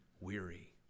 weary